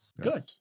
Good